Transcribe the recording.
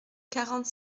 quarante